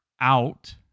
out